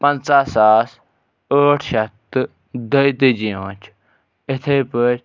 پَنٛژاہ ساس ٲٹھ شیٚتھ تہٕ دۄیہِ تٲجی یِوان چھِ اِتھٕے پٲٹھۍ